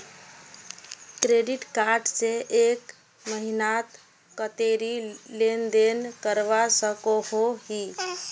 Credit card से एक महीनात कतेरी लेन देन करवा सकोहो ही?